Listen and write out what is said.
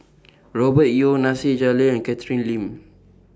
Robert Yeo Nasir Jalil and Catherine Lim